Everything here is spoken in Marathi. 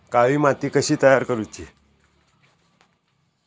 काळी माती कशी तयार करूची?